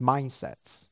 Mindsets